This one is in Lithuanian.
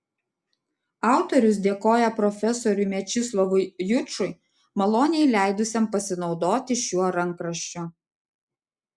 autorius dėkoja profesoriui mečislovui jučui maloniai leidusiam pasinaudoti šiuo rankraščiu